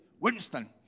Winston